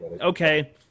Okay